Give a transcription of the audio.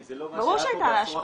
אם זה לא --- ברור שהייתה לה השפעה,